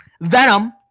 Venom